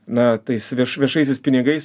na tais viešaisiais pinigais